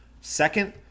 Second